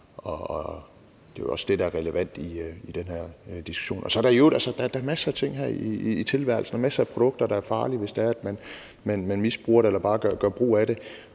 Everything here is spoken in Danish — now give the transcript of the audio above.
det er også det, der er relevant i den her diskussion. Så er der i øvrigt masser af ting her i tilværelsen, masser af produkter, der er farlige, hvis man misbruger dem eller bare gør brug af dem,